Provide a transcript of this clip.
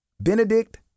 Benedict